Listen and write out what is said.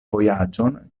vojaĝon